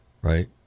right